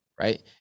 right